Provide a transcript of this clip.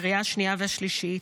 לקריאה השנייה והשלישית,